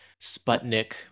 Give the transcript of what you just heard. Sputnik